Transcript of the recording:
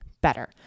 better